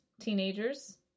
teenagers